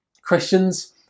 Christians